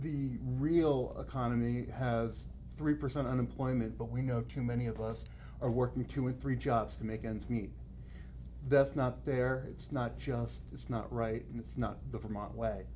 the real economy has three percent unemployment but we know too many of us are working two or three jobs to make ends meet that's not there it's not just it's not right it's not the vermont way